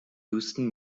houstons